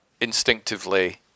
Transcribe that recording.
instinctively